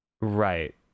Right